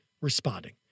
responding